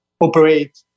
operate